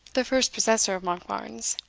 the first possessor of monkbarns.